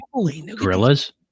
gorillas